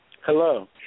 Hello